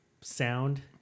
sound